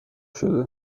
شده